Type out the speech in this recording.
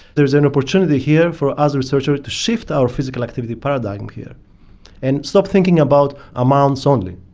there is an opportunity here for other researchers to shift our physical activity paradigm here and stop thinking about amounts only.